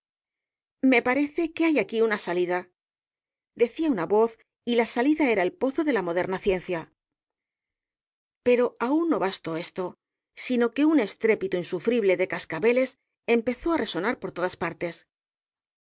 me parece que hay aquí una salida decía una voz y la salida era el pozo de la moderna ciencia pero aun no bastó esto sino que un estrépito insufrible de cascabeles empezó á resonar por todas partes